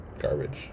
garbage